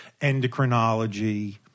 Endocrinology